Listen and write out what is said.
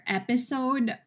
episode